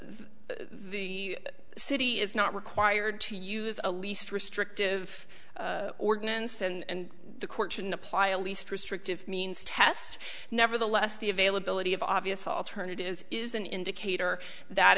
the city is not required to use the least restrictive ordinance and the court shouldn't apply a least restrictive means test nevertheless the availability of obvious alternative is an indicator that